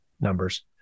numbers